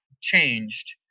changed